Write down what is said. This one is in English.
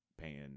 Paying